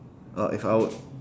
uh if I would